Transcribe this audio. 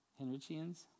Henrichians